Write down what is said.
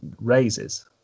raises